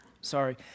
Sorry